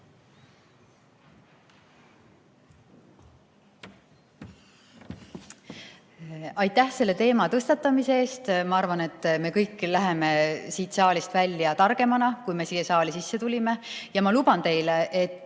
Aitäh selle teema tõstatamise eest! Ma arvan, et me kõik läheme siit saalist välja targemana, kui me siia saali sisse tulime. Ja ma luban teile, et